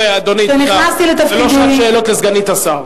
אדוני, זו לא שעת שאלות לסגנית השר.